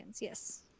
yes